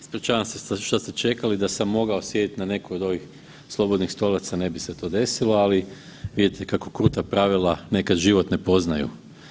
Ispričavam se što ste čekali, da sam mogao sjedit na nekoj od ovih slobodnih stolaca ne bi se to desilo, ali vidite kako kruta pravila nekad život ne poznaju.